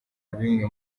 bimwe